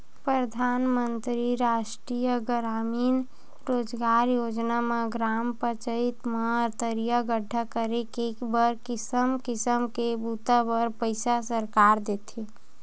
परधानमंतरी रास्टीय गरामीन रोजगार योजना म ग्राम पचईत म तरिया गड्ढ़ा करे के बर किसम किसम के बूता बर पइसा सरकार देथे